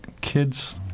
kids